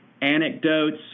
anecdotes